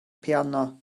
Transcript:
piano